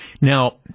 Now